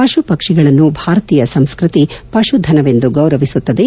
ಪಶುಪಕ್ಷಿಗಳನ್ನು ಭಾರತೀಯ ಸಂಸ್ಕೃತಿ ಪಶುಧನವೆಂದು ಗೌರವಿಸುತ್ತದೆ